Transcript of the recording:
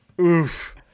oof